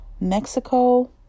Mexico